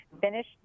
finish